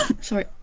Sorry